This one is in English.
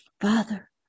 Father